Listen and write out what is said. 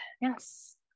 Yes